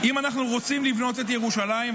אם אנחנו רוצים לבנות את ירושלים,